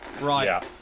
Right